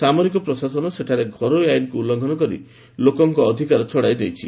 ସାମରିକ ପ୍ରଶାସନ ସେଠାରେ ଘରୋଇ ଆଇନ୍କୁ ଉଲ୍ଲ୍ଙ୍ଘନ କରି ଲୋକଙ୍କ ଅଧିକାର ଛଡ଼ାଇ ନେଇଛି